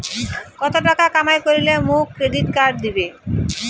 কত টাকা কামাই করিলে মোক ক্রেডিট কার্ড দিবে?